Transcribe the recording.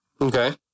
Okay